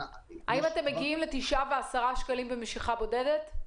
האם אתם מגיעים לתשעה ועשרה שקלים במשיכה בודדת?